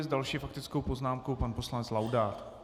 S další faktickou poznámkou pan poslanec Laudát.